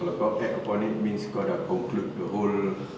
kalau kau act upon it means kau dah conclude the whole